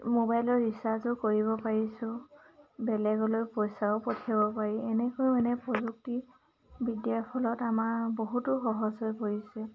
মোবাইলৰ ৰিচাৰ্জো কৰিব পাৰিছোঁ বেলেগলৈ পইচাও পঠিয়াব পাৰি এনেকৈ মানে প্ৰযুক্তিবিদ্যাৰ ফলত আমাৰ বহুতো সহজ হৈ পৰিছে